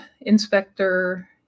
inspector